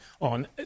on